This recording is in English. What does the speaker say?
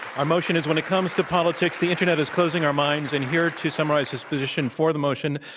our motion is when it comes to politics, the internet is closing our minds. and here to summarize his position for the motion,